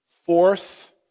fourth